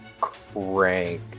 crank